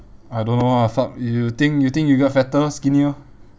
I don't know ah fuck if you think you think you got fatter skinnier